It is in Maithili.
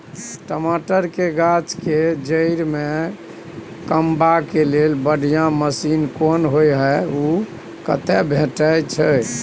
टमाटर के गाछ के जईर में कमबा के लेल बढ़िया मसीन कोन होय है उ कतय भेटय छै?